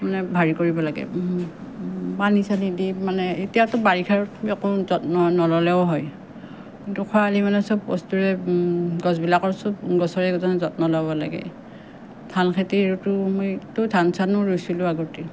মানে হেৰি কৰিব লাগে পানী চানী দি আৰু মানে এতিয়াতো বাৰিষাৰ যত্ন নললেও হয় কিন্তু খৰালি মানে চব বস্তুৰে গছবিলাকৰ চব গছৰে যত্ন ল'ব লাগে ধান খেতিৰতো আমিতো ধান চানো ৰুইছিলোঁ আগতে